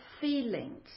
feelings